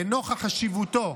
לנוכח חשיבותו,